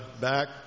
back